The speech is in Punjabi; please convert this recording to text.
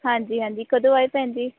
ਹਾਂਜੀ ਹਾਂਜੀ ਕਦੋਂ ਆਏ ਭੈਣ ਜੀ